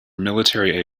military